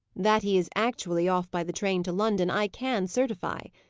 that he is actually off by the train to london, i can certify,